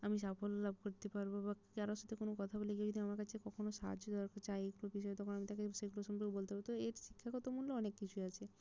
আমি সাফল্য লাভ করতে পারবো বা কারোর সাথে কোনো কথা বলে কেউ যদি আমার কাছে কখনও সাহায্য দরকার চায় এগুলো বিষয়ে তখন আমি তাকে সেগুলো সম্পর্কে বলতে পারবো তো এর শিক্ষাগত মূল্য অনেক কিছুই আছে